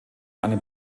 einem